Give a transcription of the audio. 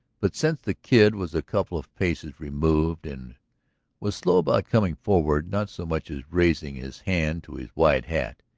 but, since the kid was a couple of paces removed and was slow about coming forward, not so much as raising his hand to his wide hat,